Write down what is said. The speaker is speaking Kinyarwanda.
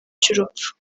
cy’urupfu